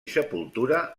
sepultura